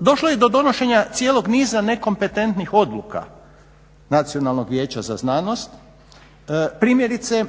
Došlo je do donošenja cijelog niza nekompetentnih odluka Nacionalnog vijeća za znanost, primjerice